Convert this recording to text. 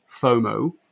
FOMO